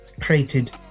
created